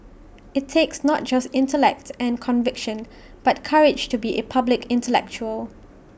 IT takes not just intellect and conviction but courage to be A public intellectual